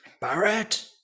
Barrett